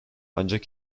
ancak